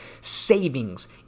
savings